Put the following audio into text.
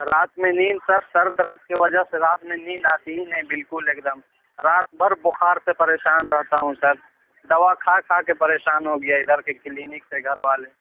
رات میں نیند سر سر درد کی وجہ سے رات میں نیند آتی ہی نہیں بالکل ایک دم رات بھر بُخار سے پریشان رہتا ہوں سر دوا کھا کھا کے پریشان ہوگیا اِدھر کے کلینک سے گھر والے